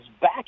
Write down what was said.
back